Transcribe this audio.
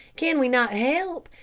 can we not help?